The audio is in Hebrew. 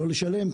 לא לשלם,